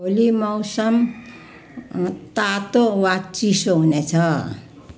भोलि मौसम तातो वा चिसो हुनेछ